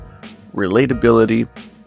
relatability